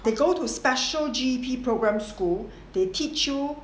they go to special G_P program school they teach you